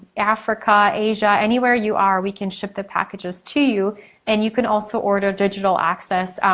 africa, asia, anywhere you are we can ship the packages to you and you can also order digital access.